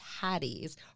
patties